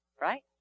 right